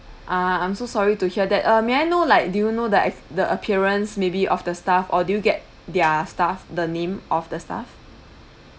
ah I'm so sorry to hear that uh may I know like do you know that the appearance maybe of the staff or do you get their staff the name of the staff